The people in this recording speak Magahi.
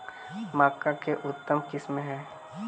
मक्का के उतम किस्म?